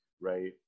right